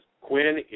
Quinn